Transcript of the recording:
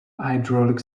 hydraulic